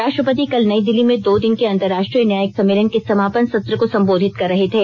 राष्ट्रपति कल नई दिल्ली में दो दिन के अंतर्राष्ट्रीय न्यायिक सम्मेलन के समापन सत्र को संबोधित कर रहे थे